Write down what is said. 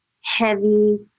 heavy